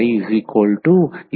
మీరు ఆసక్తి చూపినందుకు ధన్యవాదములు